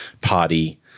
party